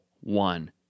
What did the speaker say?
one